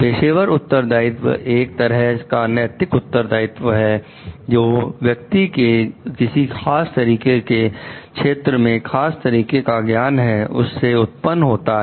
पेशेवर उत्तरदायित्व एक तरह का नैतिक उत्तरदायित्व है जो व्यक्ति के किसी खास तरीके के क्षेत्र में खास तरीके का ज्ञान है उससे उत्पन्न होता है